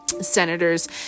Senators